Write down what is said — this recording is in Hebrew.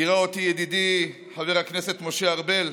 גירה אותי ידידי חבר הכנסת משה ארבל: